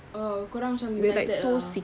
oh korang macam united ah